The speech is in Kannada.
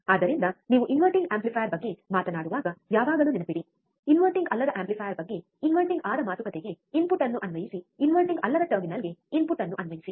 ಆದ್ದರಿಂದ ನೀವು ಇನ್ವರ್ಟಿಂಗ್ ಆಂಪ್ಲಿಫೈಯರ್ ಬಗ್ಗೆ ಮಾತನಾಡುವಾಗ ಯಾವಾಗಲೂ ನೆನಪಿಡಿ ಇನ್ವರ್ಟಿಂಗ್ ಅಲ್ಲದ ಆಂಪ್ಲಿಫೈಯರ್ ಬಗ್ಗೆ ಇನ್ವರ್ಟಿಂಗ್ ಆದ ಮಾತುಕತೆಗೆ ಇನ್ಪುಟ್ ಅನ್ನು ಅನ್ವಯಿಸಿ ಇನ್ವರ್ಟಿಂಗ್ ಅಲ್ಲದ ಟರ್ಮಿನಲ್ಗೆ ಇನ್ಪುಟ್ ಅನ್ನು ಅನ್ವಯಿಸಿ